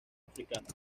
africanos